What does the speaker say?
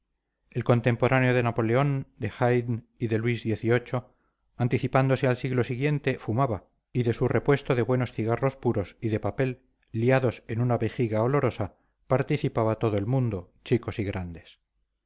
el contemporáneo de napoleón de haydn y de luis xviii anticipándose al siglo siguiente fumaba y de su repuesto de buenos cigarros puros y de papel liados en una vejiga olorosa participaba todo el mundo chicos y grandes